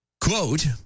Quote